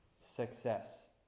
success